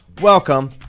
Welcome